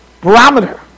barometer